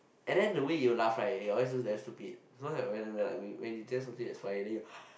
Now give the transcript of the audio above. and then the way you laugh right you always look damn stupid